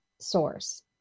source